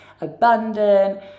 abundant